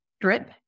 Drip